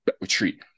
retreat